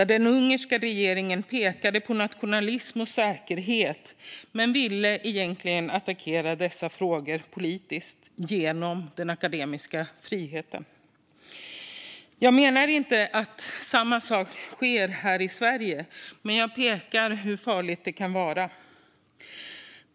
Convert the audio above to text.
Den ungerska regeringen pekade på nationalism och säkerhet men ville egentligen attackera dessa frågor politiskt genom den akademiska friheten. Jag menar inte att samma sak sker här i Sverige, men jag pekar på hur farligt det kan vara.